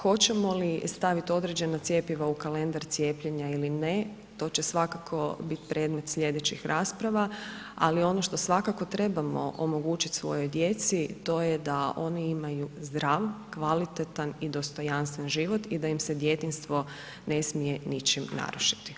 Hoćemo li staviti određena cjepiva u kalendar cijepljenja ili ne, to će svakako bit predmet slijedećih rasprava ali ono što svakako trebamo omogućiti svojoj djeci, to je da oni imaju zdrav, kvalitetan i dostojanstven život i da im djetinjstvo ne smije ničim narušiti.